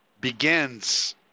begins